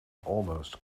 almost